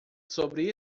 sobre